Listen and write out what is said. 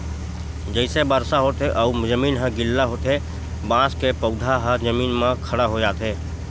जइसे बरसा होथे अउ जमीन ह गिल्ला होथे बांस के पउधा ह जमीन म खड़ा हो जाथे